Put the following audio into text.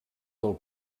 del